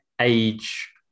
age